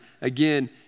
again